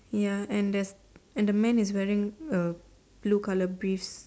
ya and and the man is wearing a blue colour piece